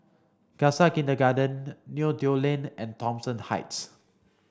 Khalsa Kindergarten Neo Tiew Lane and Thomson Heights